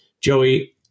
Joey